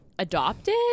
Adopted